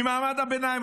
ממעמד הביניים,